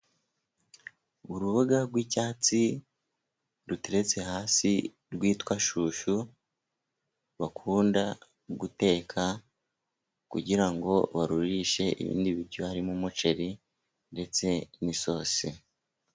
Uruboga rw'icyatsi ruteretse hasi rwitwa shushu bakunda guteka kugira ngo barurishe ibindi biryo harimo umuceri ndetse n'isosi.